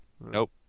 Nope